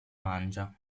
mangia